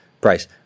price